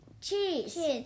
cheese